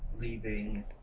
leaving